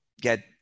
get